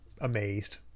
amazed